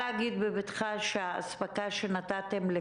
לגבי המסגרות של